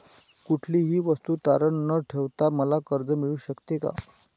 कुठलीही वस्तू तारण न ठेवता मला कर्ज मिळू शकते का?